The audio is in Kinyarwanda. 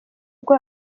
ubwo